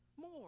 more